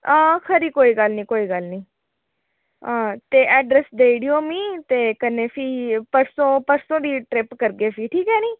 हां खरी कोई गल्ल निं कोई गल्ल निं हां ते ऐड्रेस देई ओड़ेओ मी ते कन्नै फ्ही परसों परसों दी ट्रिप करगे फ्ही ठीक ऐ निं